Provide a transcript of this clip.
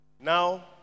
Now